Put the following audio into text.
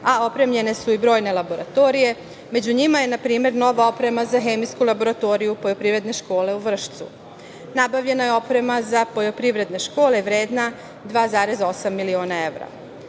a opremljene su i brojne laboratorije. Među njima je i nova oprema za hemijsku laboratoriju Poljoprivredne škole u Vršcu. Nabavljena je oprema za poljoprivredne škole vredna 2,8 miliona